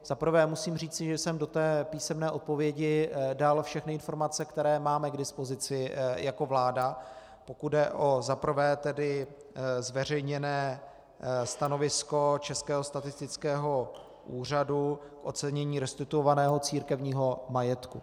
Za prvé musím říci, že jsem do té písemné odpovědi dal všechny informace, které máme k dispozici jako vláda, pokud jde o za prvé tedy zveřejněné stanovisko Českého statistického úřadu k ocenění restituovaného církevního majetku.